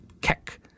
Keck